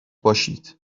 باشید